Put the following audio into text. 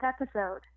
episode